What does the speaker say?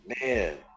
Man